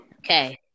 Okay